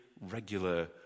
regular